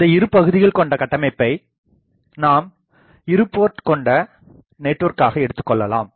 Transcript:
இந்த இரு பகுதிகள் கொண்ட கட்டமைப்பை நாம் இருபோர்ட் கொண்ட நெட்வொர்க்காக எடுத்து கொள்ளலாம்